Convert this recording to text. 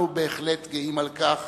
אנחנו בהחלט גאים על כך